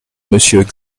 monsieur